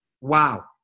Wow